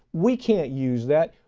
we can't use that.